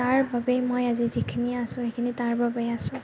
তাৰ বাবে মই আজি যিখিনি আছোঁ সেইখিনি তাৰ বাবে আছোঁ